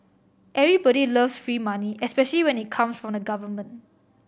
everybody loves free money especially when it comes from the government